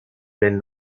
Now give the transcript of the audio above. laine